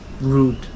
rude